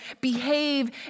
behave